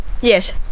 Yes